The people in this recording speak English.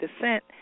descent